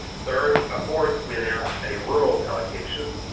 third ah fourth we announced a rural allocation,